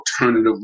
alternative